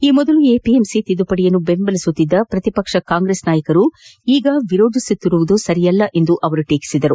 ಈ ಮೊದಲು ಎಪಿಎಂಸಿ ತಿದ್ದುಪಡಿಯನ್ನು ಬೆಂಬಲಿಸುತ್ತಿದ್ದ ಪ್ರತಿಪಕ್ಷ ಕಾಂಗ್ರೆಸ್ ನಾಯಕರು ಈಗ ವಿರೋಧಿಸುತ್ತಿರುವುದು ಸರಿಯಲ್ಲ ಎಂದು ಅವರು ಟೀಕಿಸಿದರು